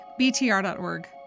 BTR.org